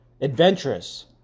adventurous